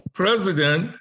president